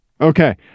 Okay